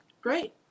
great